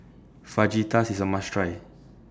Fajitas IS A must Try